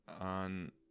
on